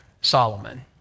Solomon